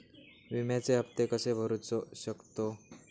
विम्याचे हप्ते कसे भरूचो शकतो?